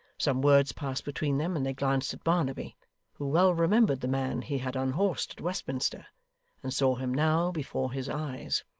some words passed between them, and they glanced at barnaby who well remembered the man he had unhorsed at westminster and saw him now before his eyes.